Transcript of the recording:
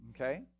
okay